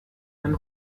man